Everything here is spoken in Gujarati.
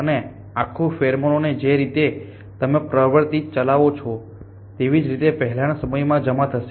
અને આખું ફેરોમોન જે રીતે તમે પ્રવૃત્તિ ચલાવો છો તે રીતે પહેલાના સમયમાં જમા થશે